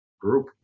group